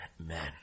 amen